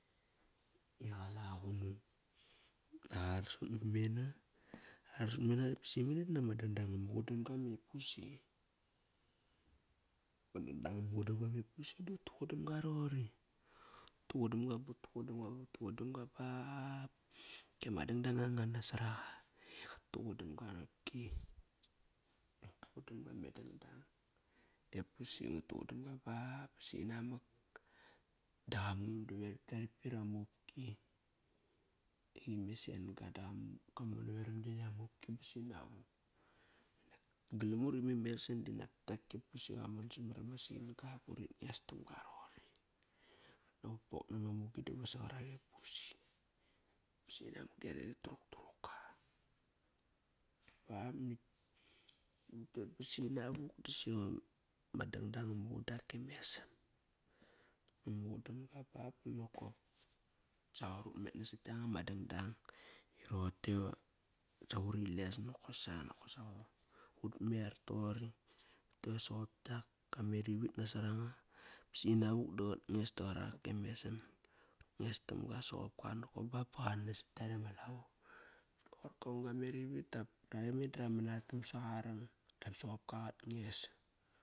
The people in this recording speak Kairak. Iqala qunung da arsut mamena, arsut mamena ba simene dama dangdang nga muqun damga me pusi. Ma dangdang nga tuqudamga busi utu gundam ga roqori. Utuqudamga ba utuqudamga but tuqudamga bap kiama dangdang ngang ngang nasoraqa iqa tuqudamga qopki. Tuqudam ga me dangdang. E posi ngat tuqudam ga bap ba sinamak da qamon da yaret pit rama upki. Ime sen dadam kamon navoram gietk ama upki ba sinavuk. Nak galamut ime mesan nak tak e pusi qamon samar ama sin-ga burit nges tam ga roqori. Nat ut pok nama mugi da va sa qarak e pusi ba sinamak da yare rit turuk turuka. Ba nakt utet ba sinavuk dosi ama dangdang nga muqun dak e mesan, nga muqun damga bap banokop sa qoir utmet nast uri les nakosa utmer toqori. Rote sop kiak ma kamerivit nasoranga sinavuk da qatras taqarak e mesan. Qak nges tamga soqopka nokop ba ba qanas sat kiare ma lavo do qoir kaung ga meri vit dap yare me da ramanatam saqarang. Dap soqopka qak nges.